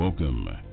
Welcome